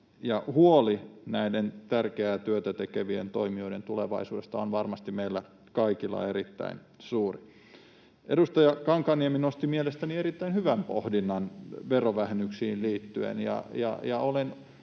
Huoli näiden tärkeää työtä tekevien toimijoiden tulevaisuudesta on erittäin suuri varmasti meillä kaikilla. Edustaja Kankaanniemi nosti mielestäni erittäin hyvän pohdinnan verovähennyksiin liittyen,